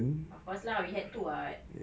of course lah we had to [what]